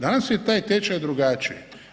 Danas je taj tečaj drugačiji.